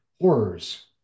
Horrors